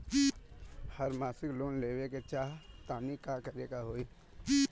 हम मासिक लोन लेवे के चाह तानि का करे के होई?